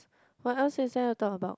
what else is there talk about